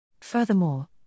Furthermore